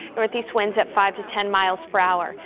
northeast winds at five to ten miles per hour.